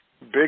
Big